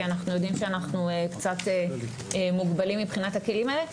כי אנחנו יודעים שאנחנו קצת מוגבלים מבחינת הכלים האלה.